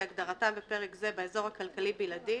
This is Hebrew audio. כהגדרתה בפרק זה, באזור הכלכלי בלעדי